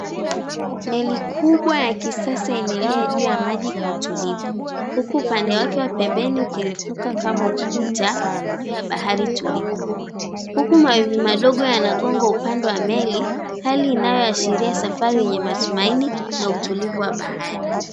Meli kubwa ya kisasa inaelea juu ya maji kwa utulivu huku upande wake wa pembeni ukirefuka kama ukuta juu ya bahari tulivu. Mawimbi madogo yanagonga upande wa meli hali inayoashiria safari yenye matumaini na utulivu wa bahari.